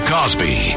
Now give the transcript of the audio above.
Cosby